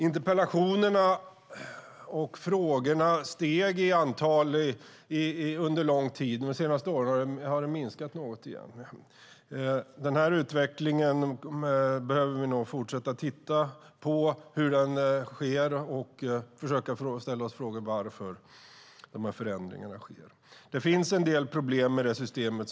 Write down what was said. Interpellationerna och frågorna steg i antal under lång tid. De senaste åren har de minskat något igen. Den utvecklingen behöver vi fortsätta att se över och försöka ställa oss frågor varför förändringarna sker. Det finns en del problem med systemet.